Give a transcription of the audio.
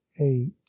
eight